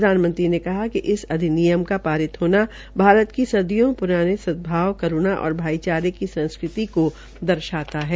प्रधानमंत्री ने कहा कि इस अधिनियम का पारित होना भारत की सदियों पुरानी स्वीकृति सदभावकरूणा और भाईचारे की संस्कृति को दर्शाता है